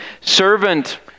servant